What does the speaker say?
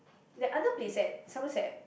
the other place at Somerset